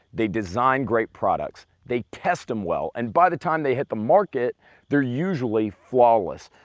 they design great products, they test them well, and by the time they hit the market they're usually flawless.